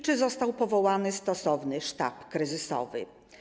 Czy został powołany stosowny sztab kryzysowy?